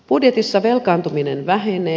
budjetissa velkaantuminen vähenee